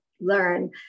learn